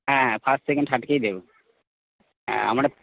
হ্যাঁ first second থার্ডকেই দেব হ্যাঁ আমরা